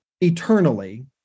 eternally